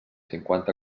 cinquanta